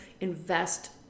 invest